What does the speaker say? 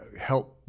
help